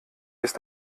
ist